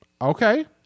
Okay